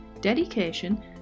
dedication